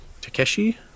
Takeshi